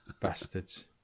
Bastards